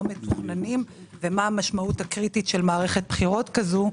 לא מתוכננים ומה המשמעות הקריטית של מערכת בחירות כזאת.